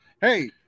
hey